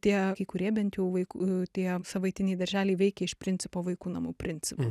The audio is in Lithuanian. tie kai kurie bent jau vaikų a tie savaitiniai darželiai veikė iš principo vaikų namų principu